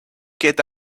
get